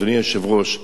אדוני היושב-ראש,